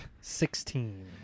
sixteen